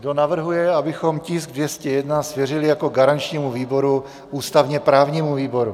Kdo navrhuje, abychom tisk 201 svěřili jako garančnímu výboru ústavněprávnímu výboru?